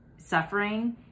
suffering